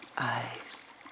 eyes